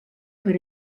per